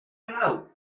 out